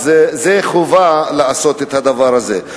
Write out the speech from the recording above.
חובה לעשות את הדבר הזה.